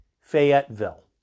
Fayetteville